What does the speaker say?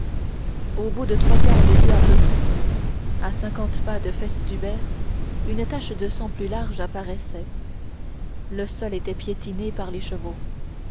au bout de trois quarts de lieue à peu près à cinquante pas de festubert une tache de sang plus large apparaissait le sol était piétiné par les